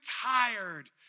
tired